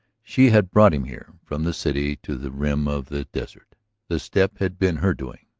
she had brought him here, from the city to the rim of the desert the step had been her doing,